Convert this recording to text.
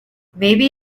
maybe